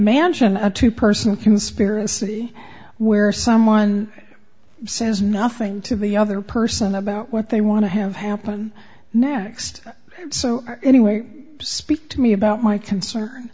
mansion a two person conspiracy where someone says nothing to the other person about what they want to have happen next so anyway speak to me about my concern